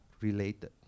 related